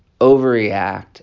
overreact